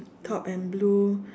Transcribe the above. top and blue